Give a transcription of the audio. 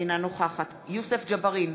אינה נוכחת יוסף ג'בארין,